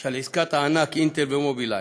של עסקת הענק, "אינטל" ו"מובילאיי".